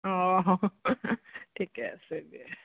অঁ ঠিকে আছে দিয়া